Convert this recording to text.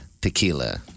Tequila